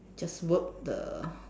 just work the